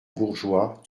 bourgeois